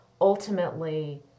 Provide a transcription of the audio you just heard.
ultimately